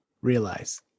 realize